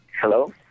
Hello